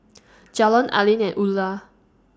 Jalon Aleen and Eulah